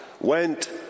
went